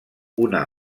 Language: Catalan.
una